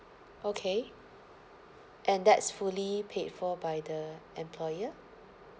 okay and that's fully paid for by the employer